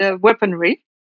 weaponry